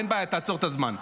אין בעיה, תעצור את הזמן.